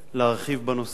להרחיב בנושא,